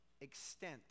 extent